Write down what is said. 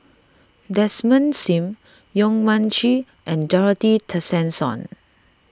Desmond Sim Yong Mun Chee and Dorothy Tessensohn